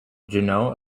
juneau